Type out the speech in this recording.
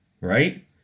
right